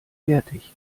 fertig